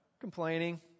complaining